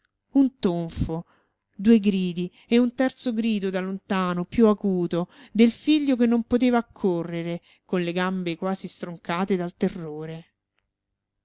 un tonfo due gridi e un terzo grido da lontano più acuto del figlio che non poteva accorrere con le gambe quasi stroncate dal terrore